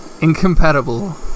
incompatible